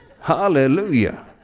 Hallelujah